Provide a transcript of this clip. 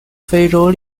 非洲